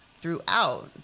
throughout